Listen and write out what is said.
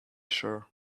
shore